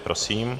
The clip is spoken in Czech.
Prosím.